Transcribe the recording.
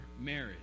marriage